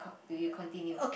you you continue